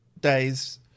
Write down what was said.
days